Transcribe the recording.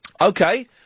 Okay